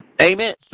Amen